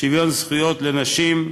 שוויון זכויות לנשים,